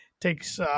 takes –